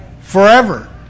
Forever